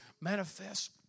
manifest